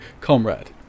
Comrade